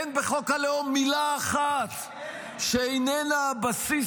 אין בחוק הלאום מילה אחת שאיננה הבסיס